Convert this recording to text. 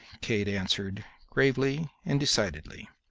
kate answered, gravely and decidedly.